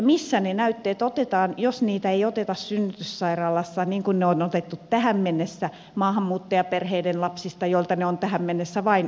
missä ne näytteet otetaan jos niitä ei oteta synnytyssairaalassa niin kuin ne on otettu tähän mennessä maahanmuuttajaperheiden lapsista joilta ne on tähän mennessä vain otettu